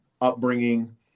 upbringing